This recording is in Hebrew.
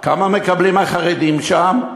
כמה מקבלים החרדים שם?